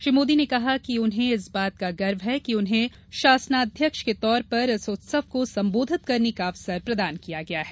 श्री मोदी ने कहा कि उन्हे इस बात का गर्व है कि उन्हें शासनाध्यक्ष के तौर पर इस उत्सव को संबोधित करने का अवसर प्रदान किया गया है